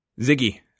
Ziggy